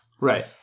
Right